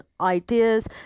ideas